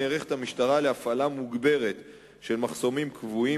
נערכת המשטרה להפעלה מוגברת של מחסומים קבועים